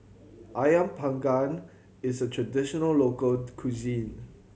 Ayam Panggang is a traditional local cuisine